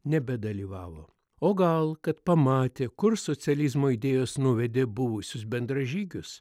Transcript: nebedalyvavo o gal kad pamatė kur socializmo idėjos nuvedė buvusius bendražygius